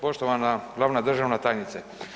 Poštovana glavna državna tajnice.